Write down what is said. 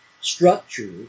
structure